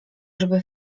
żeby